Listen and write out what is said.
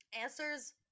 Answers